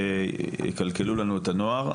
שיקלקלו לנו את הנוער,